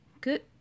good